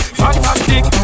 fantastic